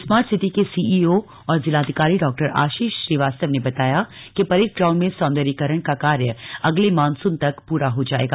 smart city के CEO और जिलाधिकारी डॉ आशीष श्रीवास्तव ने बताया कि परेड ग्राउंड में सौंदरीकरण का कार्य अगले मानसून तक प्रा हो पाएगा